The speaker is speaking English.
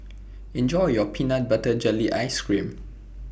Enjoy your Peanut Butter Jelly Ice Cream